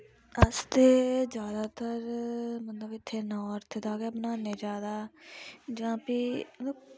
अस ते जादातर मतलब इत्थै नार्थ दा गै बनाने जादै जां फ्ही